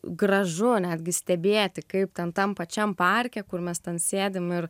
gražu netgi stebėti kaip ten tam pačiam parke kur mes ten sėdim ir